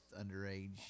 underage